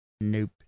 Nope